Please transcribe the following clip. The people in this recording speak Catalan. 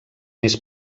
més